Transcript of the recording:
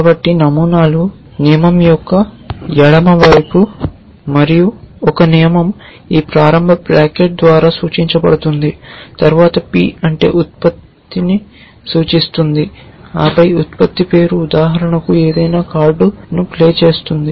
కాబట్టి నమూనాలు నియమం యొక్క ఎడమ వైపు మరియు ఒక నియమం ఈ ప్రారంభ బ్రాకెట్ ద్వారా సూచించబడుతుంది తరువాత P అంటే ఉత్పత్తిని సూచిస్తుంది ఆపై ఉత్పత్తి పేరు ఉదాహరణకు ఏదైనా కార్డును ప్లే చేస్తుంది